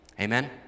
Amen